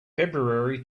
february